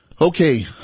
Okay